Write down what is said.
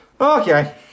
Okay